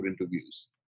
interviews